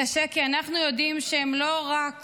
כי אנחנו יודעים שהם לא רק